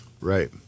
right